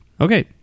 Okay